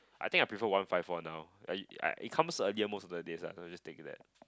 I think I prefer one five four now ugh it comes earlier most of the days lah so I just take it there